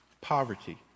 poverty